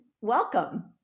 welcome